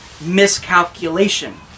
miscalculation